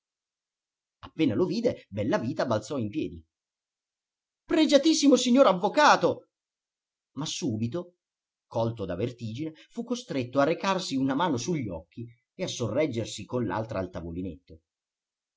appena lo vide bellavita balzò in piedi pregiatissimo signor avvocato ma subito colto da vertigine fu costretto a recarsi una mano sugli occhi e a sorreggersi con l'altra